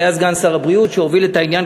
שהיה סגן שר הבריאות שהוביל את העניין,